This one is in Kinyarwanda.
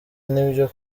nibyo